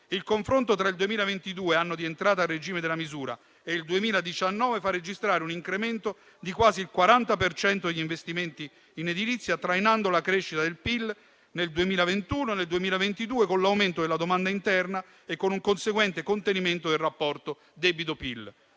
Il confronto tra il 2022, anno di entrata a regime della misura, e il 2019 fa registrare un incremento di quasi il 40 per cento degli investimenti in edilizia, trainando la crescita del PIL nel 2021 e nel 2022, con l'aumento della domanda interna e con un conseguente contenimento del rapporto debito-PIL.